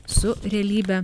su realybe